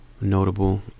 notable